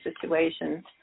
situations